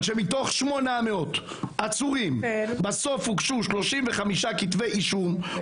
אבל אם מתוך 800 עצורים בסוף הוגשו 35 כתבי אישום,